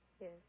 Yes